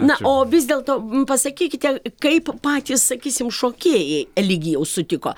na o vis dėlto pasakykite kaip patys sakysim šokėjai eligijau sutiko